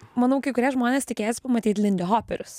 manau kai kurie žmonės tikėjos pamatyt lindihoperius